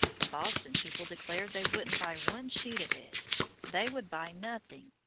the boston people declared they wouldn't buy one sheet of it they would buy nothing,